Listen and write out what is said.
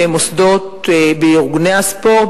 בארגוני הספורט,